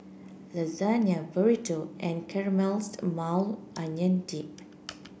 Lasagne Burrito and Caramelized Maui Onion Dip